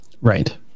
Right